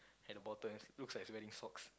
at the bottom looks like is wearing socks